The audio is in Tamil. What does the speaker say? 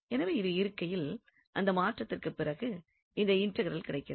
எனவே இது இருக்கையில் அந்த மாற்றத்திற்கு பிறகே இந்த இன்டெக்ரல் கிடைக்கிறது